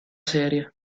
serie